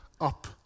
up